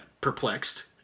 perplexed